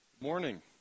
Morning